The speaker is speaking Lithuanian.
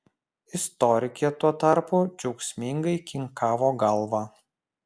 istorikė tuo tarpu džiaugsmingai kinkavo galva